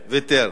ויתר.